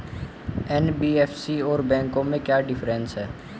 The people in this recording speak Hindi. एन.बी.एफ.सी और बैंकों में क्या डिफरेंस है?